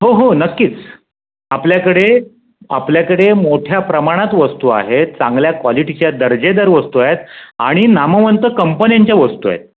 हो हो नक्कीच आपल्याकडे आपल्याकडे मोठ्या प्रमाणात वस्तू आहेत चांगल्या कॉलिटीच्या दर्जेदार वस्तू आहेत आणि नामवंत कंपन्यांच्या वस्तू आहेत